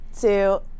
two